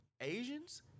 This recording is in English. Asians